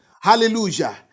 hallelujah